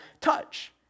touch